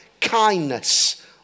kindness